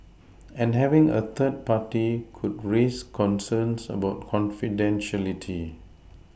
and having a third party could raise concerns about confidentiality